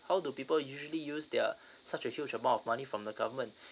how do people usually use their such a huge amount of money from the government